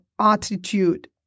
attitude